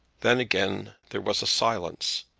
then again there was a silence,